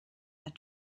that